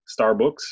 Starbucks